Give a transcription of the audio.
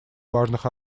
важных